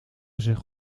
zich